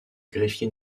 greffier